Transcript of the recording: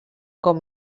com